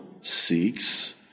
seeks